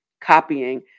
copying